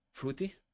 Fruity